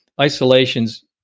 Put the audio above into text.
Isolation's